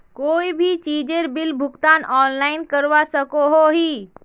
कोई भी चीजेर बिल भुगतान ऑनलाइन करवा सकोहो ही?